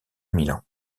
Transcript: milan